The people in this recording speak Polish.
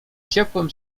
ciepłem